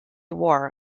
war